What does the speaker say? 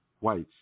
whites